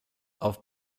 auf